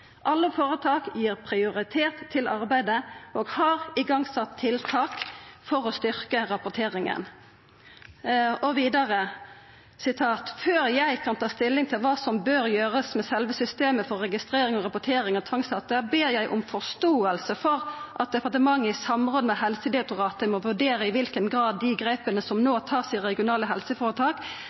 Alle foretakene gir prioritet til arbeidet og har igangsatt tiltak for å styrke rapporteringen.» Og vidare: «Før jeg kan ta stilling til hva som bør gjøres med selve systemet for registrering og rapportering av tvangsdata ber jeg om forståelse for at departementet i samråd med Helsedirektoratet må vurdere i hvilken grad de grepene som nå tas i regionale helseforetak